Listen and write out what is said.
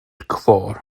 kvar